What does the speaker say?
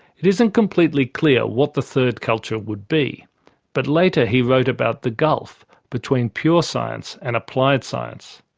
it isn't completely clear what the third culture would be but later he wrote about the gulf between pure science and applied science,